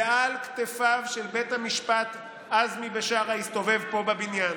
ועל כתפיו של בית המשפט עזמי בשארה הסתובב פה בבניין.